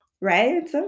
right